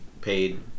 paid